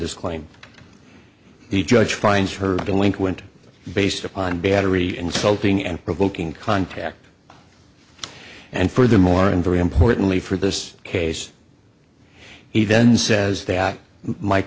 this claim the judge finds her delinquent based upon battery insulting and provoking contact and furthermore and very importantly for this case he then says that my